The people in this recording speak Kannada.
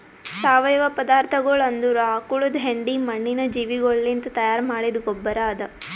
ಸಾವಯವ ಪದಾರ್ಥಗೊಳ್ ಅಂದುರ್ ಆಕುಳದ್ ಹೆಂಡಿ, ಮಣ್ಣಿನ ಜೀವಿಗೊಳಲಿಂತ್ ತೈಯಾರ್ ಮಾಡಿದ್ದ ಗೊಬ್ಬರ್ ಅದಾ